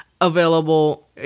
Available